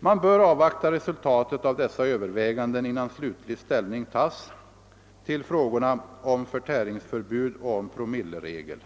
Man bör avvakta resultatet av dessa överväganden, innan slutlig ställning tas till frågorna om förtäringsförbud och om promilleregel.